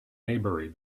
maybury